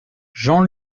jean